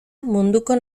munduko